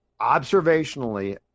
observationally